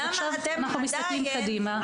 עכשיו, אנחנו מסתכלים קדימה.